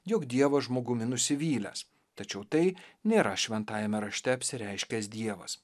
jog dievas žmogumi nusivylęs tačiau tai nėra šventajame rašte apsireiškęs dievas